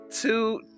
two